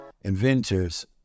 inventors